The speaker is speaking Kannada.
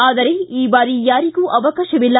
ಆದರೆ ಈ ಬಾರಿ ಯಾರಿಗೂ ಅವಕಾಶವಿಲ್ಲ